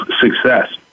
success